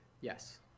Yes